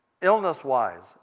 illness-wise